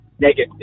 negative